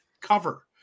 cover